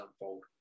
unfold